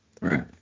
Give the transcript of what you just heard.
Right